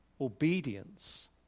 obedience